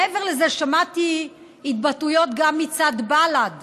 מעבר לזה, שמעתי התבטאויות גם מצד בל"ד,